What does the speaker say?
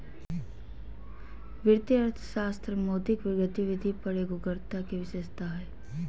वित्तीय अर्थशास्त्र मौद्रिक गतिविधि पर एगोग्रता के विशेषता हइ